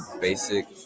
basic